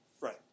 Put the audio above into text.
Right